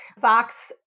Fox